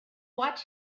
watch